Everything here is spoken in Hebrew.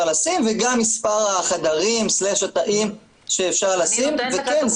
לשים וגם מספר החדרים/התאים שאפשר לשים וכן,